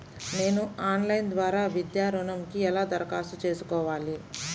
నేను ఆన్లైన్ ద్వారా విద్యా ఋణంకి ఎలా దరఖాస్తు చేసుకోవాలి?